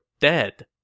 dead